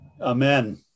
Amen